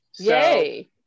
Yay